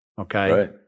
Okay